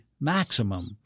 maximum